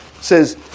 says